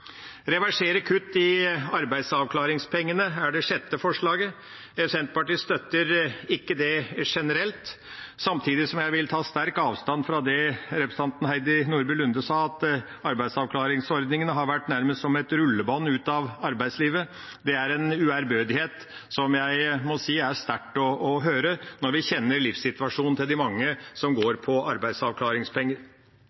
reversere kutt i arbeidsavklaringspengene er det fjortende forslaget. Senterpartiet støtter ikke det generelt, samtidig som jeg vil ta sterk avstand fra det representanten Heidi Nordby Lunde sa om at arbeidsavklaringsordningen nærmest har vært som et rullebånd ut av arbeidslivet. Det er en uærbødighet som jeg må si er sterkt å høre, når vi kjenner livssituasjonen til de mange som går